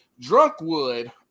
Drunkwood